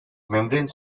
membrane